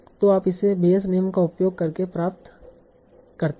तो आप इसे बेयस नियम का उपयोग करके प्राप्त करते हैं